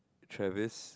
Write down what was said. Trivers